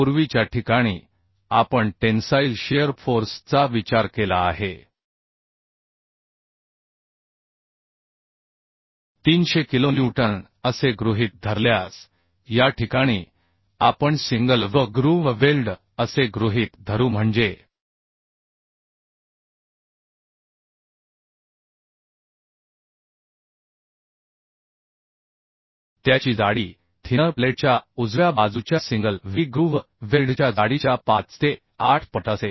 पूर्वीच्या ठिकाणी आपण टेन्साईल शिअर फोर्स चा विचार केला आहे 300 किलोन्यूटन असे गृहीत धरल्यास या ठिकाणी आपण सिंगल V ग्रूव्ह वेल्ड असे गृहीत धरू म्हणजे त्याची जाडी थिनर प्लेटच्या उजव्या बाजूच्या सिंगल व्ही ग्रूव्ह वेल्डच्या जाडीच्या 58 पट असेल